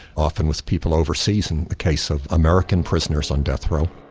often with people overseas, in the case of american prisoners on death row.